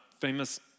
famous